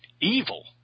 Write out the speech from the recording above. evil